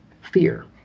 fear